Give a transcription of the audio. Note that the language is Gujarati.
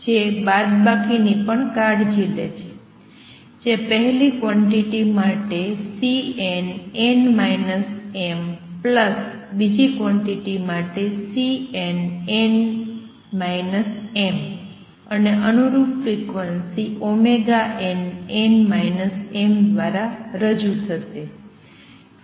જે બાદબાકીની પણ કાળજી લે છે જે પહેલી ક્વોંટીટી માટે Cnn m પ્લસ બીજી ક્વોંટીટી માટે Cnn m અને અનુરૂપ ફ્રિક્વન્સી nn m દ્વારા રજૂ થશે